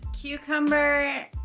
cucumber